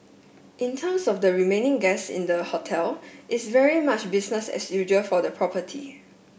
in terms of the remaining guests in the hotel it's very much business as usual for the property